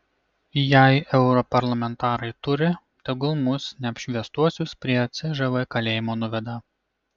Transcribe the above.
jei europarlamentarai turi tegul mus neapšviestuosius prie cžv kalėjimo nuveda